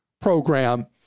program